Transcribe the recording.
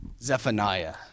Zephaniah